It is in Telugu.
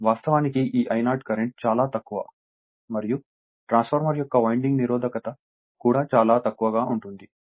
వాస్తవానికి ఈ I0 కరెంట్ చాలా తక్కువ మరియు ట్రాన్స్ఫార్మర్ యొక్క వైండింగ్ నిరోధకత కూడా చాలా తక్కువగా ఉంటుంది